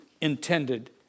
intended